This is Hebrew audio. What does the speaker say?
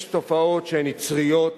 יש תופעות שהן יצריות